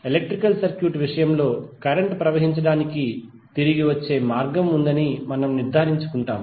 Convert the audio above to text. electrical circuit విషయంలో current ప్రవహించడానికి తిరిగి వచ్చే మార్గం ఉందని మనము నిర్ధారించుకుంటాము